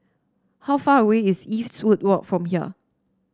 how far away is Eastwood Walk from here